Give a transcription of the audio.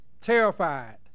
Terrified